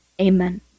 Amen